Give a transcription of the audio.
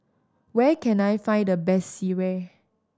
where can I find the best sireh